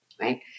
right